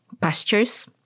pastures